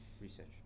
Research